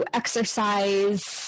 exercise